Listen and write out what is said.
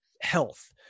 health